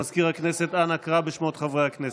מזכיר הכנסת, אנא קרא בשמות חברי הכנסת.